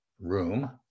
room